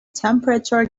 temperature